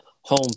home